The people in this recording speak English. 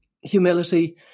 humility